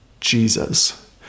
Jesus